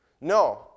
No